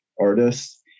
artists